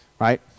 Right